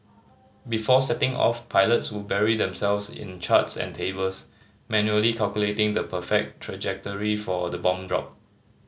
before setting off pilots would bury themselves in charts and tables manually calculating the perfect trajectory for the bomb drop